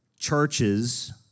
churches